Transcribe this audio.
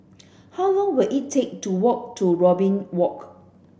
how long will it take to walk to Robin Walk